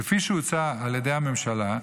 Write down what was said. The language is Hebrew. כפי שהוצע על ידי הממשלה,